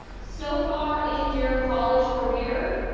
so far in your college career,